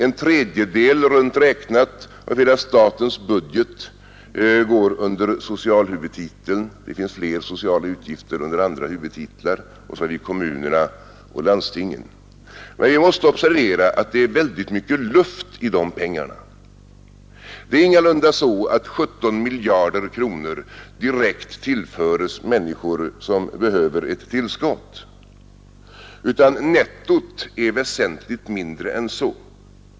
En tredjedel, runt räknat, av hela statens budget går under socialhuvudtiteln. Det finns fler sociala utgifter under andra huvudtitlar, och så har vi det kommunerna och landstingen svarar för. Men vi måste observera att det är väldigt mycket luft i dessa pengar. Det är ingalunda så att 17 miljarder kronor direkt tillförs människor som behöver ett tillskott, utan nettot är väsentligt mindre än så.